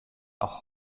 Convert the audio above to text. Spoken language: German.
auch